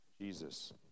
Jesus